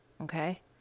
okay